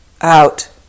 out